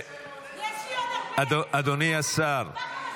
את תהיי עוד הרבה --- יש לי עוד הרבה --- אדוני השר קרעי.